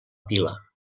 pila